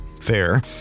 Fair